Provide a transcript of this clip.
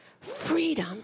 Freedom